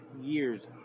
years